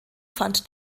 fand